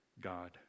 God